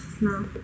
No